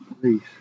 Please